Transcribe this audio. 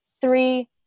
three